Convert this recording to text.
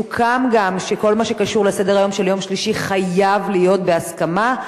סוכם גם שכל מה שקשור לסדר-היום של יום שלישי חייב להיות בהסכמה,